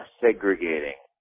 segregating